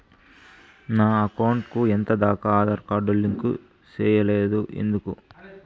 నా అకౌంట్ కు ఎంత దాకా ఆధార్ కార్డు లింకు సేయలేదు ఎందుకు